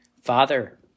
Father